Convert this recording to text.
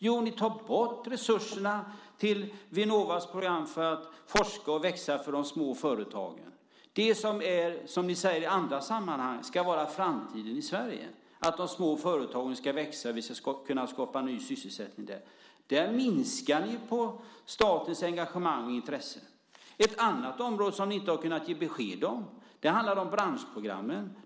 Jo, ni tar bort resurserna till Vinnovas program för att forska och växa för de små företagen. I andra sammanhang säger ni att det ska vara framtiden för Sverige att de små företagen ska växa och att vi ska kunna skapa ny sysselsättning där. Där minskar ni på statens engagemang och intresse. Ett annat område som ni inte har kunnat ge besked om är branschprogrammen.